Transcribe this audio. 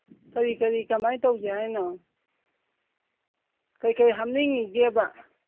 ꯀꯔꯤ ꯀꯔꯤ ꯀꯃꯥꯏꯅ ꯇꯧꯁꯦ ꯍꯥꯏꯅꯣ ꯀꯔꯤ ꯍꯥꯞꯅꯤꯡꯉꯤꯒꯦꯕ